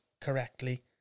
correctly